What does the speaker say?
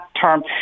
term